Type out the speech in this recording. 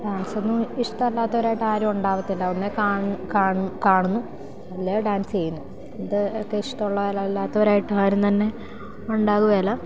ഡാൻസൊന്നും ഇഷ്ടമില്ലാത്തവരായിട്ട് ആരും ഉണ്ടാവില്ല ഒന്നുകിൽ കാണുന്നു അല്ലെങ്കിൽ ഡാൻസ് ചെയ്യുന്നു ഇത് ഒക്കെ ഇഷ്ടമുള്ളവരല്ലാത്തവരായിട്ട് ആരും തന്നെ ഉണ്ടാവില്ല